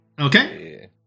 Okay